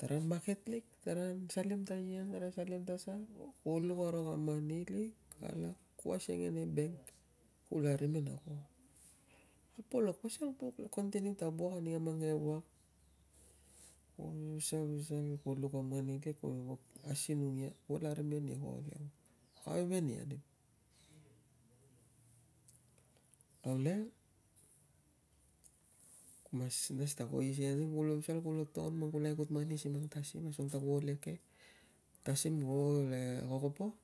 tara maket lik taransalim ta ian, taran salim ta sa, kuo luk aro kam mani lik, alak ku asiang ia nei bank, ku kam larim ia ka polok, pasiang puk ia continue ta wok puk ka mang ke wok ku pasal, pasal kuo luk a mani ke ku me vo asinnung ia, kuo larim ia ninia ko ol ewang, ko alveven ia anim, au le, ku mas nas nas ta kuo ige kulo pasal kilo to ngo man kilo igut mani si mang tasim, asung ta kuo ol eke, tasim ko ol e kokopo